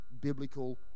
biblical